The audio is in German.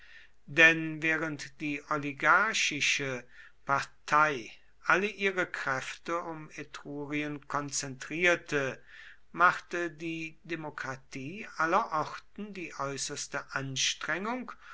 denn während die oligarchische partei alle ihre kräfte um etrurien konzentrierte machte die demokratie aller orten die äußerste anstrengung